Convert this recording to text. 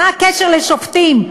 מה הקשר לשופטים?